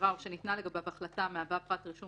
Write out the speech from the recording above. בעבירה או שניתנה לגביו החלטה המהווה פרט רישום